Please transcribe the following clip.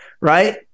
right